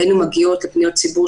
אלינו מגיעות פניות ציבור.